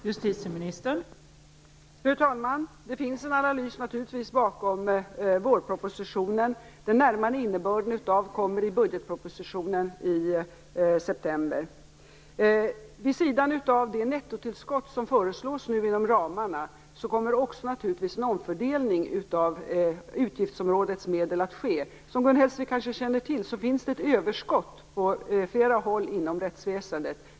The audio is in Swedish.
Fru talman! Det finns naturligtvis en analys bakom vårpropositionen. Den närmare innebörden av den kommer i budgetpropositionen i september. Vid sidan av det nettotillskott som föreslås inom ramarna kommer naturligtvis en omfördelning av utgiftsområdets medel att ske. Som Gun Hellsvik kanske känner till finns det ett överskott på flera håll inom rättsväsendet.